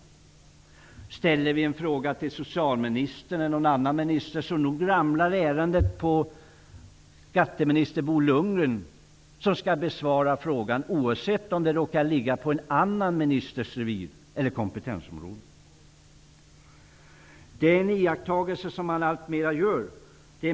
Oavsett om vi ställer en fråga till socialministern eller någon annan minister hamnar ärendet hos skatteminister Bo Lundgren, som då har att svara på frågan -- även om ärendet alltså hör till en annan ministers revir eller kompetensområde. Det är en iakttagelse som blir allt vanligare.